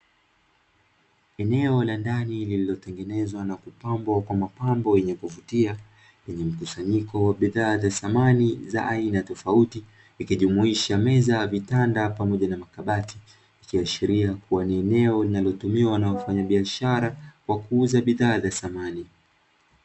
Eneo la ndani lililotengenezwa na kupambwa kwa mapambo yenye kuvutia, yenye mkusanyiko wa bidhaa za samani za aina tofauti ikijumuisha meza, vitanda pamoja na makabati, ikiashiria kuwa ni eneo linalotumiwa na wafanyabiashara kwa kuuza bidhaa za samani.